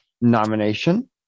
nomination